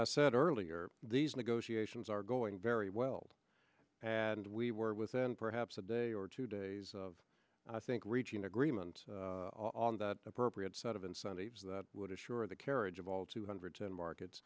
i said earlier these negotiations are going very well and we were within perhaps a day or two days of i think reaching agreement on the appropriate set of incentives that would assure the carriage of all two hundred ten markets